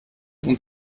und